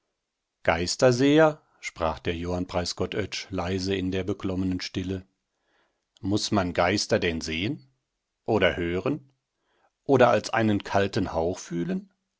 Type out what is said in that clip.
geisterseher sprach der johann preisgott oetsch leise in der beklommenen stille muß man geister denn sehen oder hören oder als einen kalten hauch fühlen